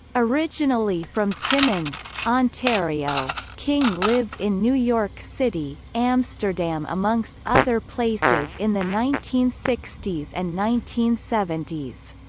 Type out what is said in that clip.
originally from timmins, ontario, king lived in new york city, amsterdam amongst other places in the nineteen sixty s and nineteen seventy s.